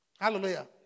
Hallelujah